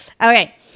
Okay